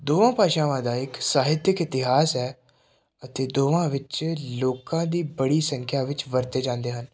ਦੋਹਾਂ ਭਾਸ਼ਾਵਾਂ ਦਾ ਇੱਕ ਸਾਹਿਤਕ ਇਤਿਹਾਸ ਹੈ ਅਤੇ ਦੋਹਾਂ ਵਿੱਚ ਲੋਕਾਂ ਦੀ ਬੜੀ ਸੰਖਿਆ ਵਿੱਚ ਵਰਤੇ ਜਾਂਦੇ ਹਨ